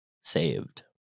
saved